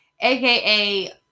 aka